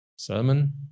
Sermon